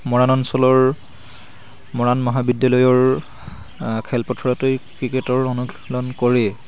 মৰাণ অঞ্চলৰ মৰাণ মহাবিদ্যালয়ৰ খেলপথৰাৰতেই ক্ৰিকেটৰ অনুশীলন কৰি